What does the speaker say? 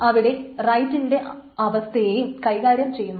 അവിടെ ഇത് റൈറ്റിന്റെ അവസ്ഥയേയും കൈകാര്യം ചെയ്യുന്നു